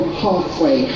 halfway